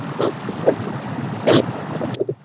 تو پھر کل کل